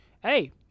hey